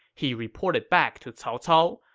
he reported back to cao cao,